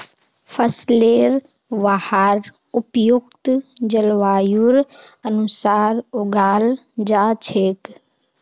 फसलेर वहार उपयुक्त जलवायुर अनुसार उगाल जा छेक